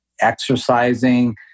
exercising